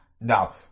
no